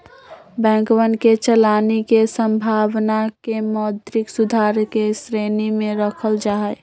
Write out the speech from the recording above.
बैंकवन के चलानी के संभावना के मौद्रिक सुधार के श्रेणी में रखल जाहई